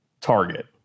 target